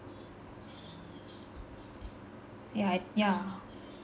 yeah I yeah